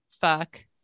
fuck